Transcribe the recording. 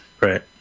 right